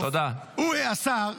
השר,